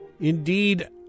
indeed